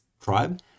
tribe